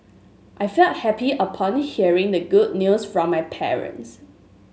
I felt happy upon hearing the good news from my parents